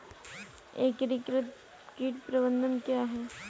एकीकृत कीट प्रबंधन क्या है?